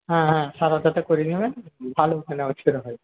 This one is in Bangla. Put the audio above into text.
হ্যাঁ সাদাটাতে করিয়ে নেবেন ভালো ওখানে এক্স রে হয়